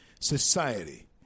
society